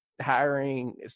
hiring